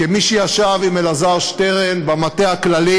כמי שישב עם אלעזר שטרן במטה הכללי